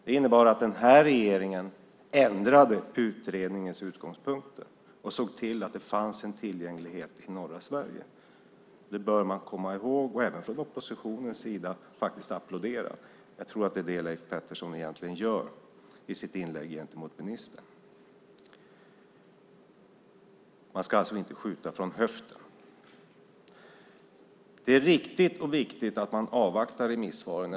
Den här regeringen ändrade utredningens utgångspunkter och såg till att det fanns en tillgänglighet för norra Sverige. Det borde man komma ihåg och applådera, även från oppositionens sida. Jag tror att det är det Leif Pettersson egentligen gör gentemot ministern i sitt inlägg. Man ska alltså inte skjuta från höften. Det är riktigt och viktigt att man avvaktar remissvaren.